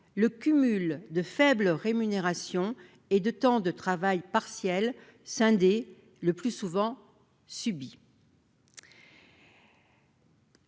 le cumul de faibles rémunérations et de temps de travail partiels, scindés, le plus souvent subis.